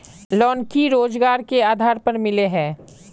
Loan की रोजगार के आधार पर मिले है?